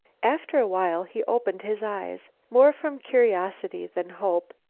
after a while he opened his eyes. more from curiosity than hope,